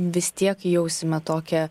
vis tiek jausime tokią